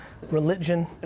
Religion